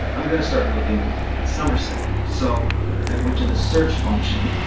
i'm gonna start looking at somerset. so i went to the search function